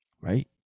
Right